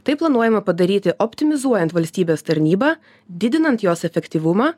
tai planuojama padaryti optimizuojant valstybės tarnybą didinant jos efektyvumą